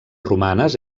romanes